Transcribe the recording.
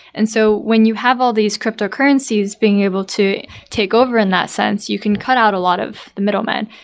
and so when you have all these cryptocurrencies being able to take over in that sense, you can cut out a lot of the middlemen.